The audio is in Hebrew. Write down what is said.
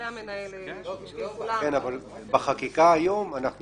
אבל בחקיקה היום אנחנו